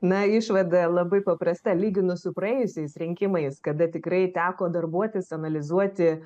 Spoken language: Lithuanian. na išvada labai paprasta lyginu su praėjusiais rinkimais kada tikrai teko darbuotis analizuoti